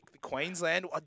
Queensland